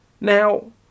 Now